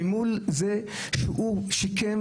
ממול זה שהוא שיקם.